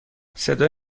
صدای